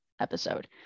episode